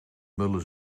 mulle